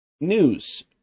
news